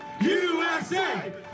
USA